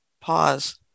pause